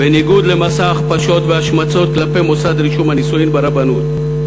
בניגוד למסע ההכפשות וההשמצות כלפי מוסד רישום הנישואים ברבנות.